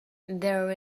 there